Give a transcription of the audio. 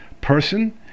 person